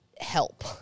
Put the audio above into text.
help